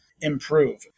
improve